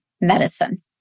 medicine